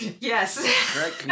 Yes